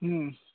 हम्म